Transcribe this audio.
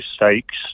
mistakes